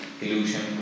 illusion